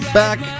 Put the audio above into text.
back